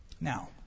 Now